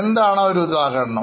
എന്താണ് ഒരു ഉദാഹരണം